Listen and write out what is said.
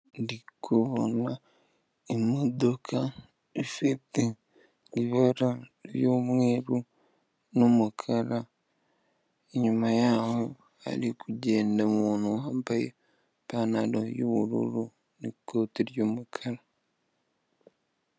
Ndi kubona imodoka ifite ibara ry'umweru n'umukara, inyuma yaho hari kugenda umuntu wambaye ipantaro y'ubururu, n'ikote ry'umukara.